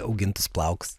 augintus plaukus